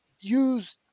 use